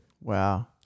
Wow